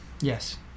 Yes